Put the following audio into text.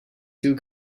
two